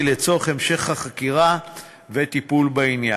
לצורך המשך החקירה וטיפול בעניין.